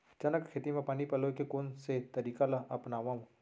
चना के खेती म पानी पलोय के कोन से तरीका ला अपनावव?